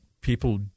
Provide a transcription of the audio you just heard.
people